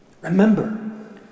Remember